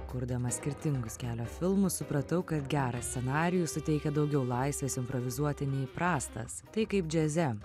kurdamas skirtingus kelio filmus supratau kad geras scenarijus suteikia daugiau laisvės improvizuoti nei prastas tai kaip džiaze